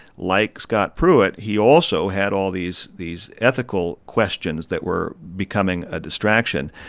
like scott pruitt, he also had all these these ethical questions that were becoming a distraction,